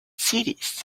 cities